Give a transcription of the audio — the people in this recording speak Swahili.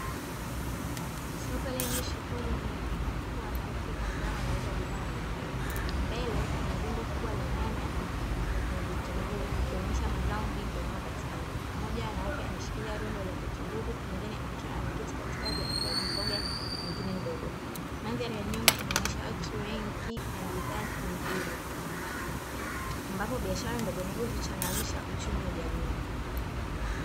Soko lenye shughuli nyingi ambapo wanawake kadhaa wanauza bidhaa mbalimbali. Mbele kuna rundo kubwa la nyanya na vitunguu vikionyesha mazao mengi yanayo patikana mmoja wa wanawake ameshikilia rundo la vitunguu mwingine akiwa ameketikatikati akiwa na mboga nyingine ndogo Mandhali ya nyuma inaonyesha watu wengi na bidhaa nyingine ambapo biashara ndogondogo huchangamsha uchumi wa jamii.